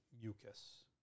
mucus